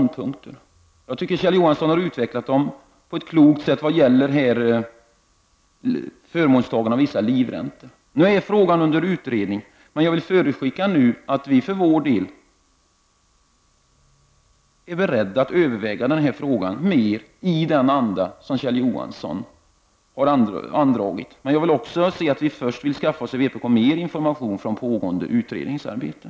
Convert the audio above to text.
Det som han har sagt om dem som har förmånen av att uppbära livräntor tycker jag är klokt. Frågan är nu under utredning, men jag vill förutskicka att vi för vår del är beredda att överväga denna fråga i Kjell Johanssons anda. Men jag vill också säga att vi i vpk först vill skaffa oss mer information från pågående utredningsarbete.